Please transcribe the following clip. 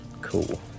Cool